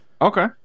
okay